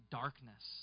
darkness